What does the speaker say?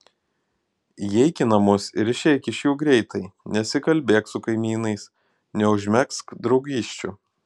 įeik į namus ir išeik iš jų greitai nesikalbėk su kaimynais neužmegzk draugysčių